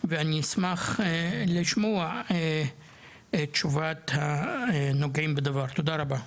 ואני אשמח לשמוע את תשובת הנוגעים בדבר, תודה רבה.